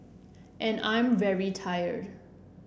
and I am very tired